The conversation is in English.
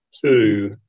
two